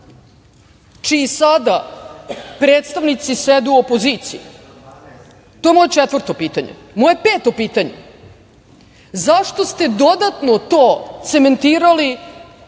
čiji sada predstavnici sede u opoziciji. To je moje četvrto pitanje. Moje peto pitanje, zašto ste dodatno to cementirali